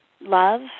love